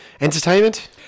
entertainment